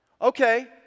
Okay